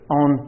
on